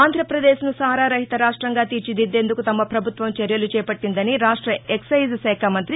ఆంధ్రాపదేశ్ ను సారా రహిత రాష్ట్రంగా తీర్చిదిద్దేందుకు తమ పభుత్వం చర్యలు చేపట్టిందని రాష్ట ఎక్షైజ్ శాఖామంతి కె